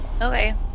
okay